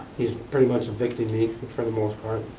he's pretty much evicting me for the most part.